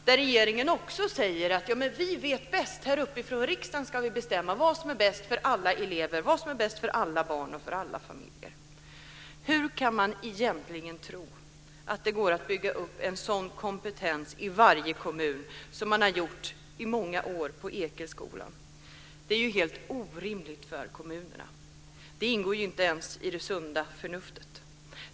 Också där säger regeringen att den vet bäst och att vi i riksdagen ska bestämma vad som är bäst för alla elever, alla barn och alla familjer. Hur kan man tro att det i varje kommun kan byggas upp en sådan kompetens som den man under många år byggt upp på Ekeskolan? Det är helt orimligt för kommunerna att klara av. Det säger ju sunda förnuftet.